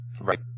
Right